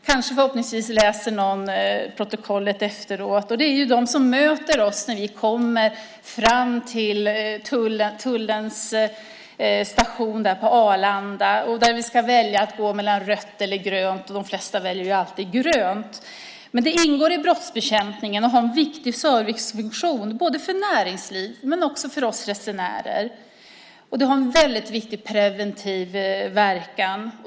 Men förhoppningsvis läser någon protokollet efteråt och kan då få veta att det är de som möter oss när vi kommer fram till tullens station på Arlanda där vi ska välja mellan att gå via rött eller grönt. De flesta väljer alltid grönt. Detta ingår i brottsbekämpningen och har en viktig servicefunktion både för näringslivet och för oss resenärer. Och det har en väldigt viktig preventiv verkan.